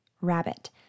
Rabbit